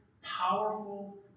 powerful